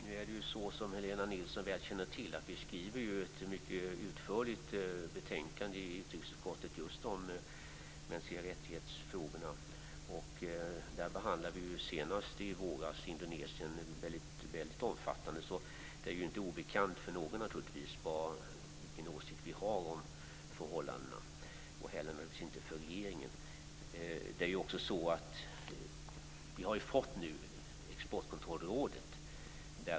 Herr talman! Som Helena Nilsson väl känner till skriver utrikesutskottet ett mycket utförligt betänkande om just de mänskliga rättigheterna. I det betänkandet behandlade vi senast i våras Indonesien väldigt omfattande. Det är naturligtvis inte obekant för någon, inte heller för regeringen, vilken åsikt utskottet har om förhållandena i Indonesien. Alla dessa ärenden redovisas ju nu i Exportkontrollrådet.